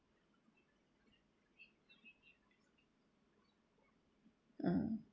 mm